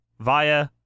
Via